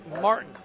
Martin